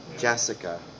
Jessica